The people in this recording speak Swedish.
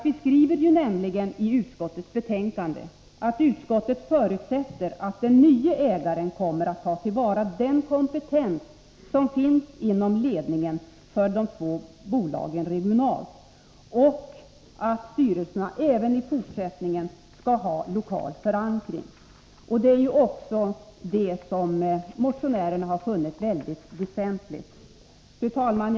Vi skriver i utskottets betänkande att utskottet förutsätter att den nye ägaren kommer att tillvarata den kompetens som finns inom ledningen för de två bolagen regionalt och att styrelserna även i fortsättningen skall ha lokal förankring. Detta har också reservanterna funnit väldigt väsentligt. Fru talman!